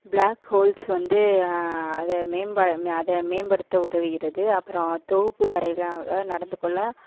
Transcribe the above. block holes வந்து அதை அதை மேம்படுத்த உதவுகிறது அப்புறம் தொகுப்பு வரையிலாக நடந்துக்கொள்ள